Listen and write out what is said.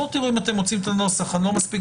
תראו אם אתם מוצאים את הנוסח המתאים.